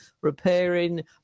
repairing